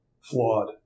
flawed